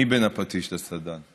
מי בין הפטיש לסדן?